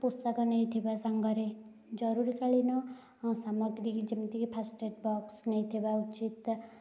ପୋଷାକ ନେଇଥିବା ସାଙ୍ଗରେ ଜରୁରୀକାଳୀନ ସାମଗ୍ରୀକି ଯେମିତିକି ଫାଷ୍ଟଏଡ଼ ବକ୍ସ ନେଇଥିବା ଉଚିତ